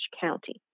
county